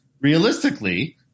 realistically